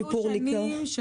היו שנים,